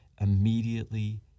immediately